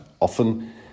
often